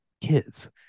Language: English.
kids